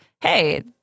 hey